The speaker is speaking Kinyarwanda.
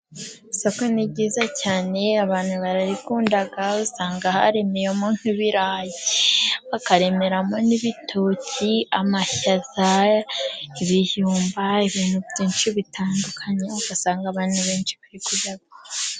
Isoko ni ryiza cyane , abantu barayikunda usanga haremeyemo nk'ibirayi, bakaremeramo n'ibitoki, amashyaza ,ibijumba ,ibintu byinshi bitandukanye ugasanga abantu benshi bari kujya guhaha.